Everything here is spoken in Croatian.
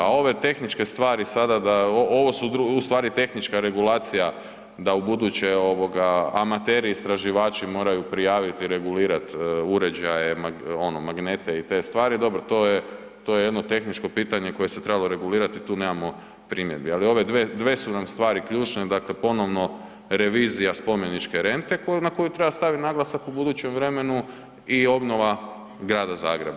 A ove tehničke stvari sada, ovo su ustvari tehnička regulacija da ubuduće amateri istraživači moraju prijaviti i regulirati uređaje, ono, magnete i te stvari, dobro, to je jedno tehničko pitanje koje se trebalo regulirati i tu nemamo primjedbi, ali ove dve su nam stvari ključne, dakle ponovno revizija spomeničke rente na koju treba staviti naglasak u budućem vremenu i obnova grada Zagreba.